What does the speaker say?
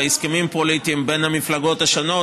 מהסכמים פוליטיים בין המפלגות השונות.